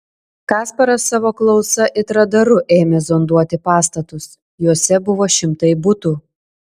kasparas savo klausa it radaru ėmė zonduoti pastatus juose buvo šimtai butų